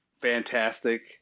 fantastic